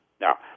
Now